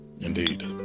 Indeed